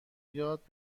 یاد